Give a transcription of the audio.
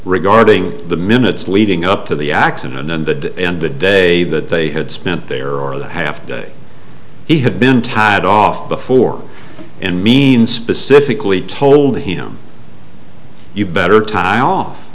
regarding the minutes leading up to the accident in the end the day that they had spent there or the half day he had been tied off before and mean specifically told him you better time off